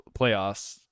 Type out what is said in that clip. playoffs